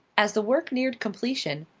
as the work neared completion,